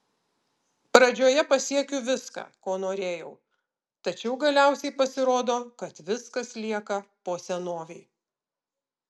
pradžioje pasiekiu viską ko norėjau tačiau galiausiai pasirodo kad viskas lieka po senovei